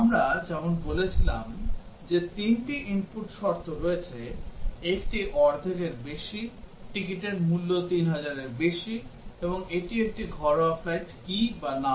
আমরা যেমন বলেছিলাম যে তিনটি input শর্ত রয়েছে একটি অর্ধেকের বেশি টিকিটের মূল্য 3000 এরও বেশি এবং এটি একটি ঘরোয়া ফ্লাইট কি বা না